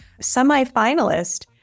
Semi-finalist